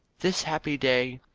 this happy day,